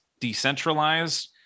decentralized